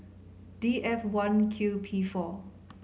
D F one Q P four